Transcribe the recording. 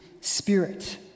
spirit